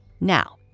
Now